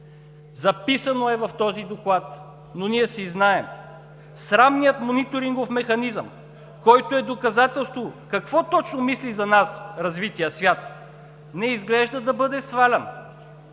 Записано е в този доклад, но ние си знаем – срамният мониторингов механизъм, който е доказателство какво точно мисли за нас развитият свят, не изглежда да бъде свалян.